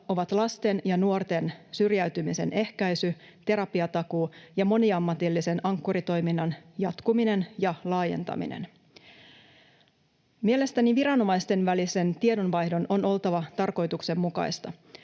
ovat lasten ja nuorten syrjäytymisen ehkäisy, tera-piatakuu ja moniammatillisen Ankkuri-toiminnan jatkuminen ja laajentaminen. Mielestäni viranomaisten välisen tiedonvaihdon on oltava tarkoituksenmukaista.